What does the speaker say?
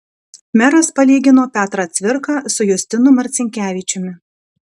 meras palygino petrą cvirką su justinu marcinkevičiumi